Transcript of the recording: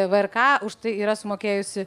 vrk už tai yra sumokėjusi